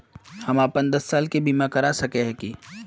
हम अपन दस साल के बीमा करा सके है की?